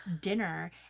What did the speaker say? dinner